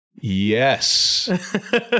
yes